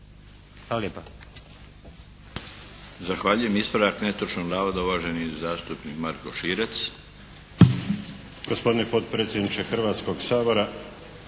Hvala lijepa.